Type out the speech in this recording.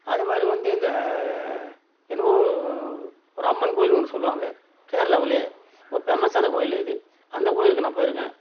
அதேமாதிரி வந்து இந்த என்னமோ ஒரு அம்மன் கோயில் ஒன்று சொல்லுவாங்க கேரளாவில் ரொம்ப ஃபேமஸான கோயில் அது அந்த கோயிலுக்கு நான் போயிருக்கேன்